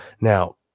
Now